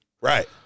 Right